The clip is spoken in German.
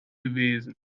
gewesen